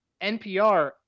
NPR –